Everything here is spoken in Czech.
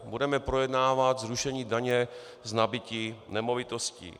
Budeme projednávat zrušení daně z nabytí nemovitostí.